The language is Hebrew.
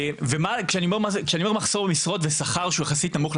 וכשאני אומר מחסור במשרות ושכר שהוא יחסית נמוך,